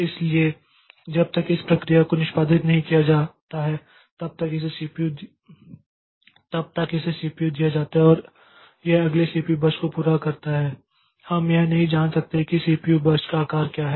इसलिए जब तक इस प्रक्रिया को निष्पादित नहीं किया जाता है तब तक इसे सीपीयू दिया जाता है और यह अगले सीपीयू बर्स्ट को पूरा करता है हम यह नहीं जान सकते कि सीपीयू बर्स्ट का आकार क्या है